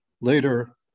later